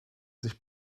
sich